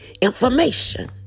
information